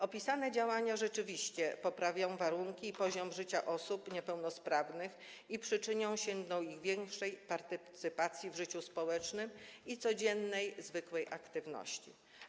Opisane działania rzeczywiście poprawią warunki i poziom życia osób niepełnosprawnych i przyczynią się do ich większej partycypacji w życiu społecznym i codziennej, zwykłej aktywności.